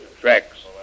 Tracks